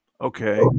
okay